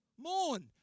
Mourn